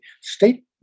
State